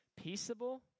peaceable